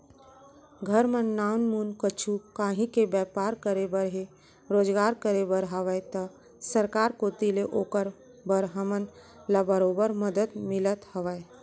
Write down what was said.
घर म नानमुन कुछु काहीं के बैपार करे बर हे रोजगार करे बर हावय त सरकार कोती ले ओकर बर हमन ल बरोबर मदद मिलत हवय